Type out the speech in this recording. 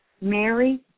Mary